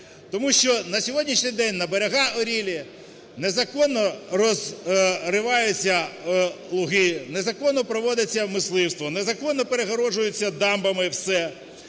тому що на сьогоднішній день на берегах Орілі незаконно розриваються луги, незаконно проводиться мисливство, незаконно перегороджується дамбами все.